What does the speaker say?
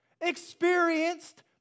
experienced